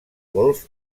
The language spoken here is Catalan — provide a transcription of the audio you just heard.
golf